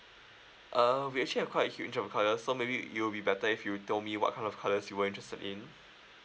err we actually have quite huge of colour so maybe it will be better if you tell me what kind of colours you were interested in